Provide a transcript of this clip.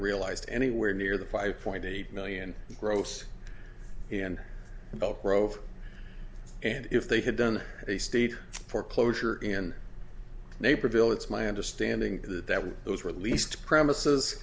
realized anywhere near the five point eight million gross and about growth and if they had done a state foreclosure in naperville it's my understanding that that was those were at least premises